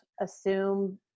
assume